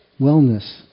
wellness